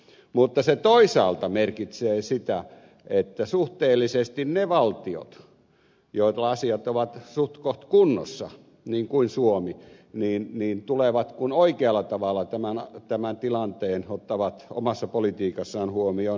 mutta se toisaalta merkitsee sitä että suhteellisesti ne valtiot joilla asiat ovat suhtkoht kunnossa niin kuin suomi tulevat kun oikealla tavalla tämän tilanteen ottavat omassa politiikassaan huomioon pärjäämään